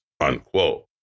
unquote